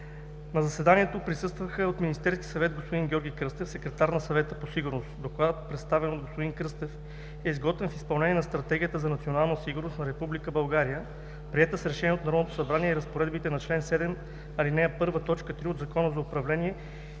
На заседанието присъстваха от Министерски съвет: господин Георги Кръстев – секретар на Съвета по сигурността. Докладът, представен от господин Георги Кръстев, е изготвен в изпълнение на Стратегията за национална сигурност на Република България, приета с решение от Народното събрание и на разпоредбите на чл. 7, ал. 1, т. 3 от Закона за управление